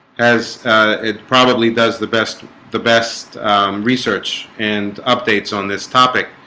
as it probably does the best the best research and updates on this topic